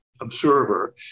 observer